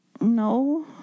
No